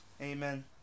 amen